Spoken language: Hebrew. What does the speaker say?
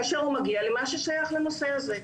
כאשר הוא מגיע למה ששייך לנושא הזה.